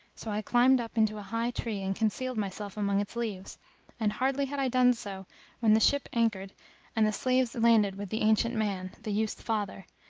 so i climbed up into a high tree and concealed myself among its leaves and hardly had i done so when the ship anchored and the slaves landed with the ancient man, the youth's father,